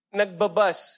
nagbabas